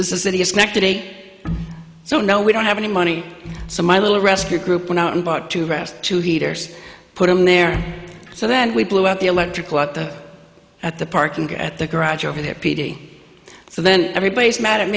so no we don't have any money so my little rescue group went out and bought two rest two heaters put them there so then we blew out the electrical at the at the park and at the garage over there p d so then everybody's mad at